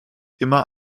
immer